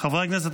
חברי הכנסת,